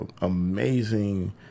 amazing